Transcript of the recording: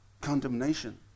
condemnation